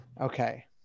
Okay